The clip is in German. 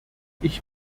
ich